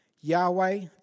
Yahweh